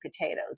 potatoes